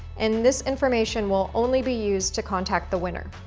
and this information will only be used to contact the winner.